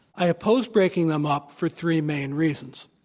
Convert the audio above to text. i oppose breaking them up for three main reasons.